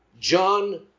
John